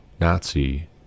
Nazi